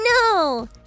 No